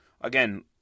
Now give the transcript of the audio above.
again